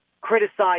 criticized